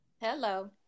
hello